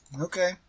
Okay